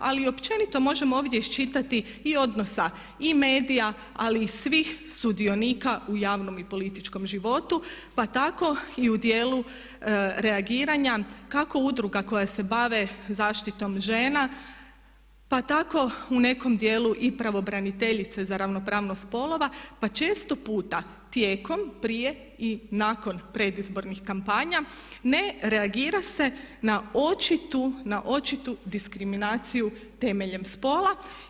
Ali i općenito možemo ovdje iščitati i odnosa i medija, ali i svih sudionika u javnom i političkom životu, pa tako i u dijelu reagiranja kako udruga koja se bave zaštitom žena, pa tako u nekom dijelu i pravobraniteljice za ravnopravnost spolova, pa često puta tijekom, prije i nakon predizbornih kampanja ne reagira se na očitu diskriminaciju temeljem spola.